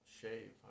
shave